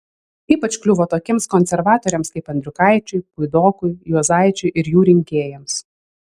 ypač kliuvo tokiems konservatoriams kaip andriukaičiui puidokui juozaičiui ir jų rinkėjams